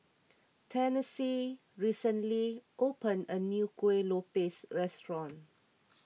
Tennessee recently opened a new Kueh Lopes restaurant